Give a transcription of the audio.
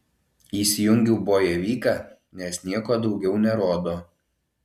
įsijungiau bojevyką nes nieko daugiau nerodo